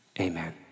amen